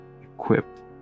equipped